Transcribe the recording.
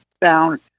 down